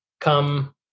come